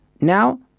Now